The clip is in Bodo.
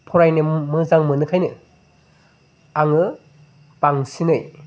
फरायनो मोजां मोनोखायनो आङो बांसिनै